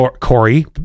Corey